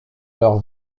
leur